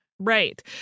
Right